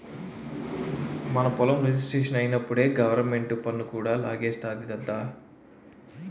మన పొలం రిజిస్ట్రేషనప్పుడే గవరమెంటు పన్ను కూడా లాగేస్తాది దద్దా